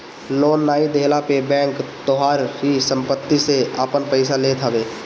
loan नाइ देहला पे बैंक तोहारी सम्पत्ति से आपन पईसा लेत हवे